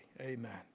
amen